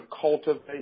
cultivate